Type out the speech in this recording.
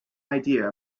idea